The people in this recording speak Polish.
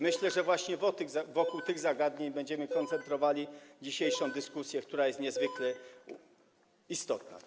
Myślę, że właśnie wokół tych zagadnień będziemy koncentrowali dzisiejszą dyskusję, która jest niezwykle istotna.